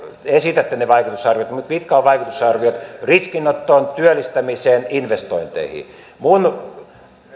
esitätte ne vaikutusarviot mutta mitkä ovat vaikutusarviot riskinottoon työllistämiseen investointeihin minun